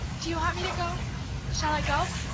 do you want me to go shall i go?